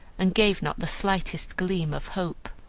and gave not the slightest gleam of hope.